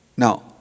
Now